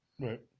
Right